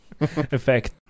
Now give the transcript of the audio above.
effect